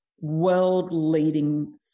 world-leading